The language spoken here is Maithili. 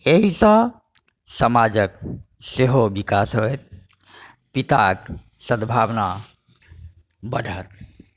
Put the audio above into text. एहिसँ समाजके सेहो विकास होइत पिताके सद्भावना बढ़त